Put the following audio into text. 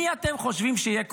מי אתם חושבים שיהיה קודם?